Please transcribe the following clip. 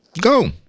go